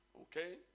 Okay